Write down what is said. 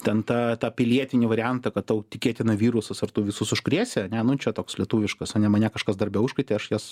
ten tą tą pilietinį variantą kad tau tikėtina virusas ir tu visus užkrėsi ane nu čia toks lietuviškas ane mane kažkas darbe užkrėtė aš juos